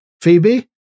Phoebe